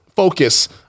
Focus